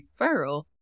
referral